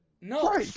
no